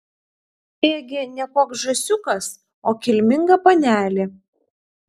ėgi ne koks žąsiukas o kilminga panelė